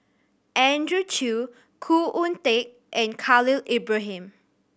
Andrew Chew Khoo Oon Teik and Khalil Ibrahim